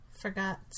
Forgot